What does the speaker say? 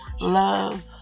love